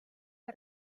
que